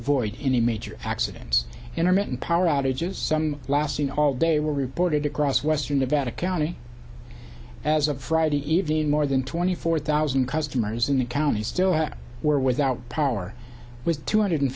avoid any major accidents intermittent power outages some lasting all day were reported across western nevada county as of friday evening more than twenty four thousand customers in the county still were without power with two hundred